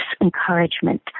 encouragement